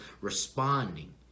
responding